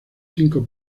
cinco